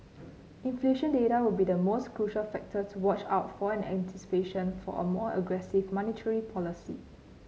inflation data will be the most crucial factor to watch out for an anticipation of a more aggressive monetary policy